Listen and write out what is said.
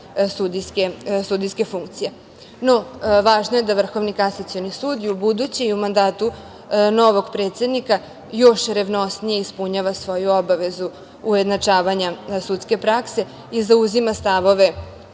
sudijske funkcije. Važno je da Vrhovni kasacioni sud i u buduće, i u mandatu novog predsednika još revnosnije ispunjava svoju obavezu ujednačavanja sudske prakse i zauzima stavove